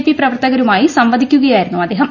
P പ്രവർത്തകരുമായി സംവദിക്കുകയായിരുന്നു അദ്ദേഹം